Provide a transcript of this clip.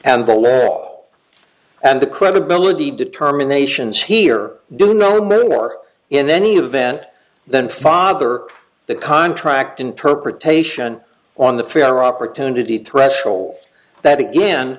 and the lead all and the credibility determinations here do no moon or in any event then father the contract interpretation on the fair opportunity threshold that again